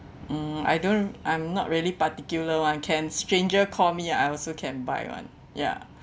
mm I don't I'm not really particular [one] can stranger call me I also can buy [one] ya